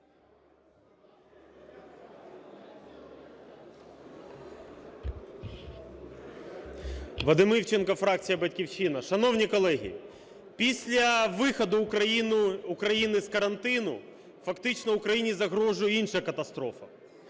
Вадим Івченко, фракція "Батьківщина". Шановні колеги, після виходу України з карантину фактично Україні загрожує інша катастрофа